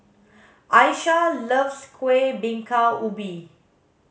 Ayesha loves kuih bingka ubi